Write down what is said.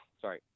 sorry